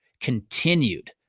continued